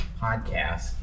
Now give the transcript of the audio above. podcast